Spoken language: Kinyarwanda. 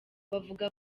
bavuga